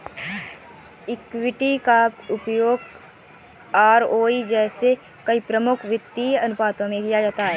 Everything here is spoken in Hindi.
इक्विटी का उपयोग आरओई जैसे कई प्रमुख वित्तीय अनुपातों में किया जाता है